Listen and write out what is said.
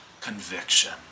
conviction